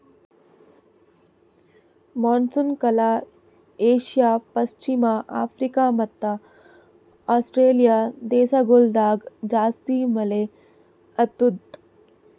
monsoon ಕಾಲ Asia, ಪಶ್ಚಿಮ Africa ಮತ್ತ ಆಸ್ಟ್ರೇಲಿಯಾ ದೇಶಗೊಳ್ದಾಗ್ ಜಾಸ್ತಿ ಮಳೆ ಆತ್ತುದ್